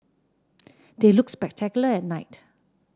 they look spectacular at night